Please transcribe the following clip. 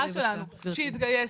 שהתגייס.